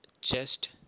chest